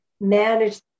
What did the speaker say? manage